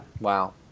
Wow